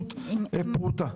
התייחסות פרוטה.